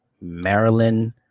Maryland